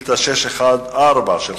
1. אל מבקר הפנים של